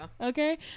okay